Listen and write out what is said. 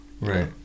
right